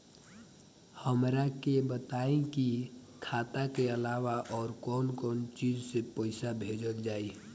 हमरा के बताई की खाता के अलावा और कौन चीज से पइसा भेजल जाई?